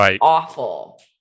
awful